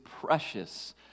precious